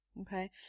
okay